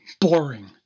boring